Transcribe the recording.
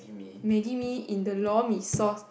maggi mee in the lor-mee sauce